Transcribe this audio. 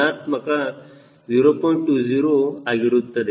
20 ಆಗಿರುತ್ತದೆ